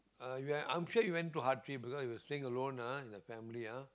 uh you are I'm sure you went through hardship because if you staying alone ah as a family ah